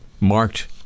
marked